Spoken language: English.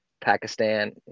Pakistan